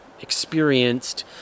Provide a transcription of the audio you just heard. experienced